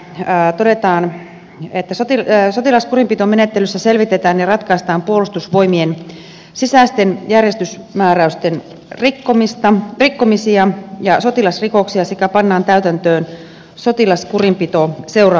sotilaskurinpitomenettelystä todetaan että sotilaskurinpitomenettelyssä selvitetään ja ratkaistaan puolustusvoimien sisäisten järjestysmää räysten rikkomisia ja sotilasrikoksia sekä pannaan täytäntöön sotilaskurinpitoseuraamuksia